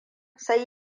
sai